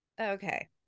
Okay